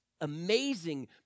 amazing